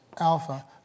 alpha